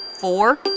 four